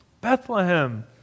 Bethlehem